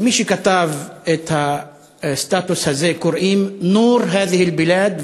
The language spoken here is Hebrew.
למי שכתב את הסטטוס הזה קוראים נור האדי אל-בילאד,